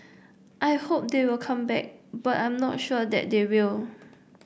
I hope they will come back but I am not sure that they will